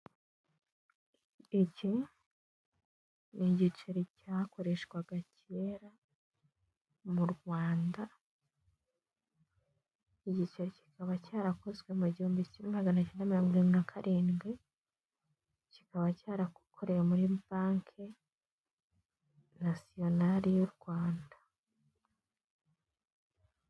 Iki ni igiceri cyakoreshwaga kera mu Rwanda, iki giceri kikaba cyarakozwe mu gihumbi kimwe magana cyenda mirongo irindwi na karindwi kikaba cyarakorewe muri banki nasiyonari y'u Rwanda.